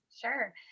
Sure